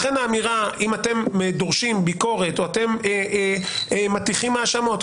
לכן האמירה: אם אתם דורשים ביקורת או אתם מטיחים האשמות,